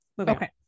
okay